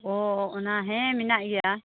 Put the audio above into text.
ᱚᱻ ᱚᱱᱟ ᱦᱮᱸ ᱢᱮᱱᱟᱜ ᱜᱮᱭᱟ